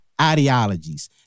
ideologies